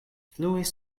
fluis